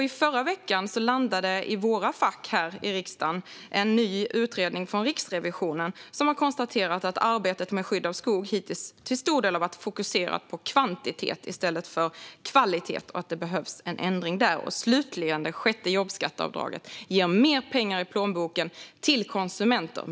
I förra veckan landade i våra fack här i riksdagen en ny utredning från Riksrevisionen, som har konstaterat att arbetet med skydd av skog hittills till stor del har varit fokuserat på kvantitet i stället för kvalitet och att det behövs en ändring där. Slutligen: Det sjätte jobbskatteavdraget ger mer pengar i plånboken för konsumenter.